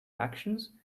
actions